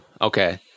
Okay